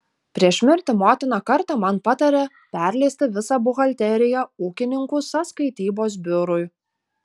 prieš mirtį motina kartą man patarė perleisti visą buhalteriją ūkininkų sąskaitybos biurui